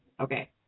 Okay